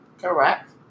Correct